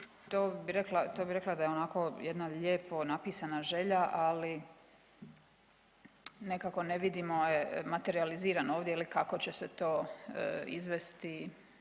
to bi rekla da je onako jedna lijepo napisana želja, ali nekako ne vidimo je, materijalizirano ovdje ili kako će se to izvesti